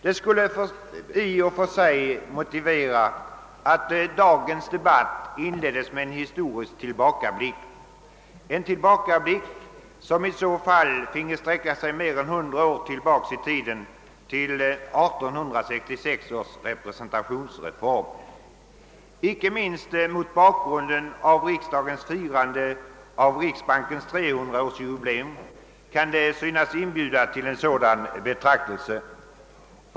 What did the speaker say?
Detta skulle i och för sig motivera att dagens debatt inleddes med en historisk tillbakablick — en tillbakablick som i så fall fick sträcka sig mer än 100 år tillbaka i tiden, till 1866 års representationsreform. Inte minst riksdagens firande av riksbankens 300-årsjubileum kan synas inbjuda till en sådan betraktelse.